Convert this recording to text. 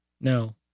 No